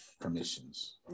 permissions